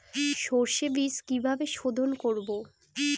সর্ষে বিজ কিভাবে সোধোন করব?